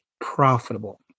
profitable